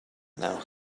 now